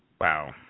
Wow